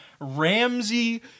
Ramsey